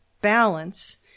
balance